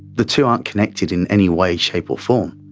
the two aren't connected in any way, shape or form.